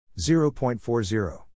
0.40